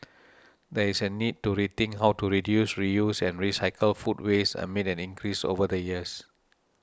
there is a need to rethink how to reduce reuse and recycle food waste amid an increase over the years